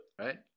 Right